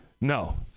No